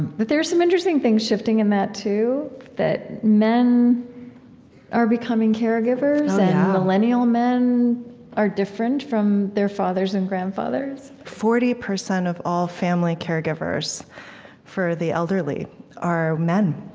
but there are some interesting things shifting in that, too that men are becoming caregivers, and millennial men are different from their fathers and grandfathers forty percent of all family caregivers for the elderly are men.